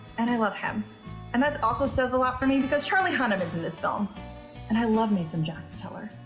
and i love him and that also says a lot for me because charlie hunnam is in this film and i love me some jax teller.